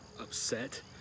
upset